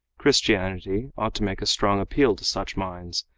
christianity ought to make a strong appeal to such minds,